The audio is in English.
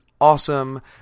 awesome